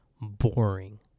boring